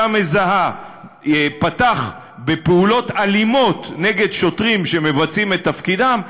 מזהה פתח בפעולות אלימות נגד שוטרים שמבצעים את תפקידם,